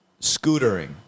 Scootering